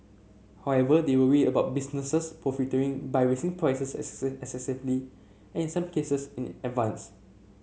however they worry about businesses profiteering by raising prices excessively and some cases in advance